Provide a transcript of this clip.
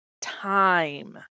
time